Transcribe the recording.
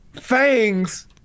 fangs